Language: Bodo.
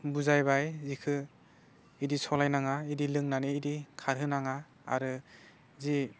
बुजायबाय बिखौ बिदि सलायनाङा इदि लोंनानै बिदि खारहोनाङा आरो जि